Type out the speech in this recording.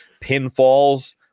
pinfalls